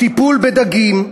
טיפול בדגים,